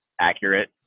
accurate